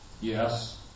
Yes